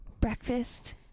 Breakfast